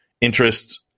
interest